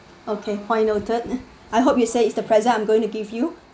okay point noted I hope you said is the present I'm going to give you